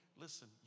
listen